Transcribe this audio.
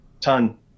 ton